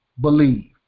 believe